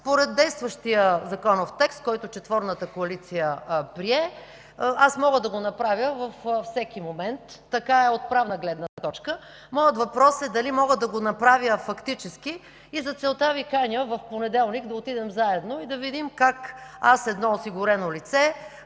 Според действащия законов текст, който четворната коалиция прие, мога да го направя във всеки момент. Така е от правна гледна точка. Моят въпрос е мога ли да го направя фактически? За целта Ви каня в понеделник да отидем заедно и да видим как аз – едно осигурено лице,